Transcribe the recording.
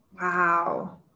Wow